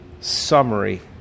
summary